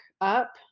up